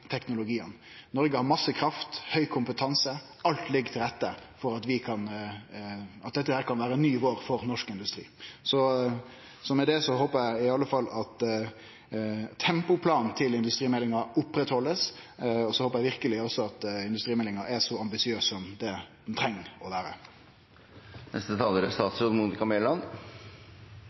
Noreg har masse kraft, høg kompetanse – alt ligg til rette for at dette kan vere ein ny vår for norsk industri. Med dette håpar eg iallfall at tempoplanen for industrimeldinga blir halden oppe, og så håpar eg verkeleg også at industrimeldinga er så ambisiøs som det den treng å